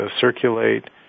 circulate